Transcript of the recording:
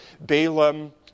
Balaam